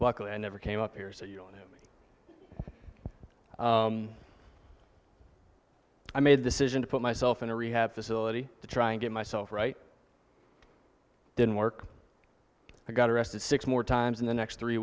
luckily i never came up here so you don't know me i made a decision to put myself in a rehab facility to try and get myself right didn't work i got arrested six more times in the next three